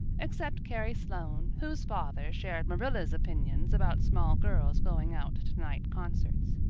except carrie sloane, whose father shared marilla's opinions about small girls going out to night concerts.